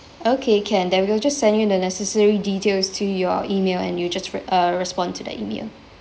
okay can then we'll just send you the necessary details to your email and you just re~ uh respond to the email